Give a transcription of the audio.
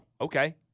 okay